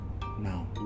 Now